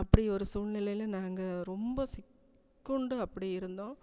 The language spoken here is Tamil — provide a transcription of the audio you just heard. அப்படி ஒரு சூழ்நிலையில நாங்கள் ரொம்ப சிக்கோண்டு அப்படி இருந்தோம்